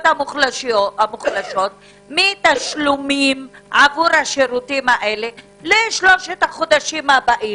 המוחלשות עבור תשלומים עבור השירותים האלה לשלושת החודשים הבאים?